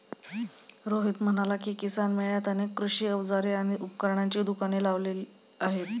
रोहित म्हणाला की, किसान मेळ्यात अनेक कृषी अवजारे आणि उपकरणांची दुकाने लावली आहेत